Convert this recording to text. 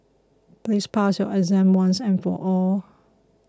please pass your exam once and for all